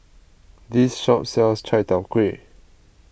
this shop sells Chai Tow Kway